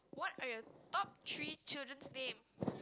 what are your top three children's name